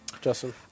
Justin